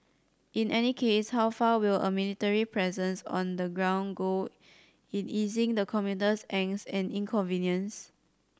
in any case how far will a military presence on the ground go in easing the commuter's angst and inconvenience